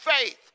faith